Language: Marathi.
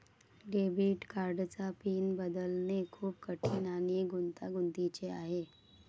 डेबिट कार्डचा पिन बदलणे खूप कठीण आणि गुंतागुंतीचे आहे